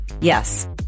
Yes